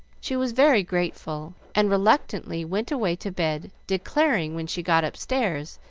she was very grateful, and reluctantly went away to bed, declaring, when she got upstairs,